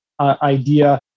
Idea